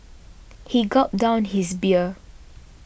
he gulped down his beer